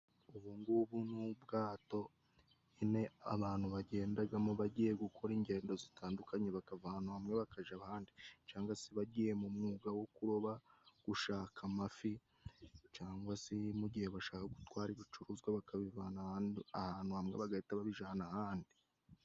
Ubungubu ni ubwato nyine abantu bagendagamo bagiye gukora ingendo zitandukanye bakava ahantu hamwe bakaja ahandi, cangwa se bagiye mu mwuga wo kuroba gushaka amafi ,cangwa se mu gihe bashaka gutwara ibicuruzwa bakabivana ahantu hamwe bagahita bijana ahandi